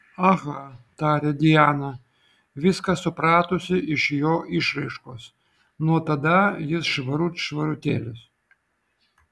aha tarė diana viską supratusi iš jo išraiškos nuo tada jis švarut švarutėlis